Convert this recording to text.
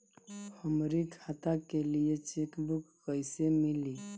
हमरी खाता के लिए चेकबुक कईसे मिली?